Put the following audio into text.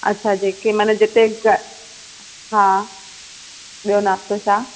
अच्छा जेके मना जिते हा ॿियो नाश्तो छा